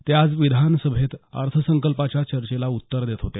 ते आज विधानसभेत अर्थसंकल्पावरच्या चर्चेला उत्तर देत होते